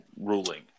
ruling